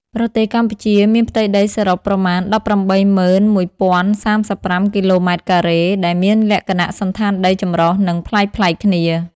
ប្រទេសកម្ពុជា មានផ្ទៃដីសរុបប្រមាណ ១៨១.០៣៥ គីឡូម៉ែត្រការ៉េ ដែលមានលក្ខណៈសណ្ឋានដីចម្រុះ និងប្លែកៗគ្នា។